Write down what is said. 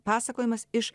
pasakojimas iš